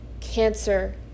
cancer